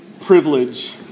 privilege